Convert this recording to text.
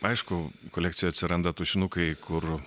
aišku kolekcijoj atsiranda tušinukai kur